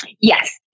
Yes